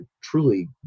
truly